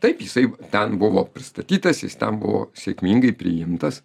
taip jisai ten buvo pristatytas jis ten buvo sėkmingai priimtas